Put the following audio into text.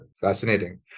fascinating